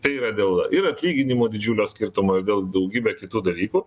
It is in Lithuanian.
tai yra dėl ir atlyginimų didžiulio skirtumo ir dėl daugybė kitų dalykų